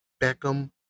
Beckham